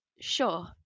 Sure